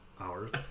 hours